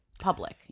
Public